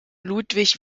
ludwig